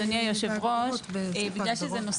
זה נושא